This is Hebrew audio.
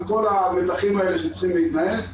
וכל המתחים האלה שצריכים להתנהל.